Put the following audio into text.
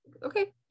okay